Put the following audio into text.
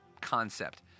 concept